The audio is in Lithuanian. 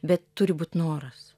bet turi būt noras